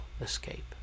escape